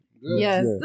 Yes